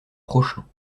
prochain